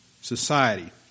society